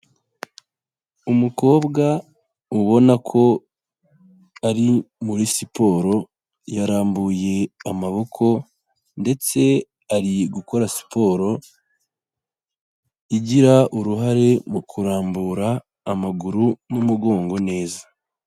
Umukobwa ubona ko ari muri siporo yarambuye amaboko ndetse ari gukora siporo, igira uruhare mu kurambura amaguru n'umugongo neza.